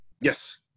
yes